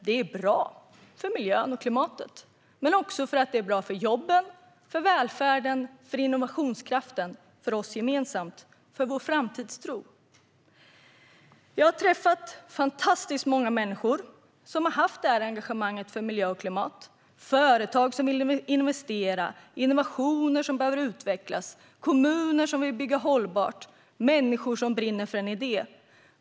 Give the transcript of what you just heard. Det är bra för miljön och klimatet, för jobben, välfärden och innovationskraften, för oss gemensamt och för vår framtidstro. Jag har träffat fantastiskt många människor som har ett engagemang för miljö och klimat. Det är företag som vill investera, innovationer som behöver utvecklas, kommuner som vill bygga hållbart och människor som brinner för en idé.